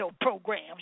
programs